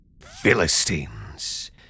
Philistines